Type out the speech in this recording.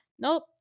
nope